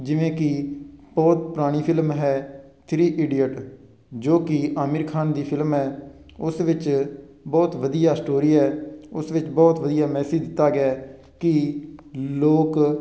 ਜਿਵੇਂ ਕਿ ਬਹੁਤ ਪੁਰਾਣੀ ਫਿਲਮ ਹੈ ਥ੍ਰੀ ਈਡੀਅਟ ਜੋ ਕਿ ਆਮਿਰ ਖਾਨ ਦੀ ਫਿਲਮ ਹੈ ਉਸ ਵਿੱਚ ਬਹੁਤ ਵਧੀਆ ਸਟੋਰੀ ਹੈ ਉਸ ਵਿੱਚ ਬਹੁਤ ਵਧੀਆ ਮੈਸੇਜ ਦਿੱਤਾ ਗਿਆ ਕਿ ਲੋਕ